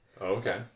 Okay